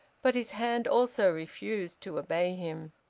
but his hand also refused to obey him.